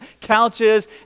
couches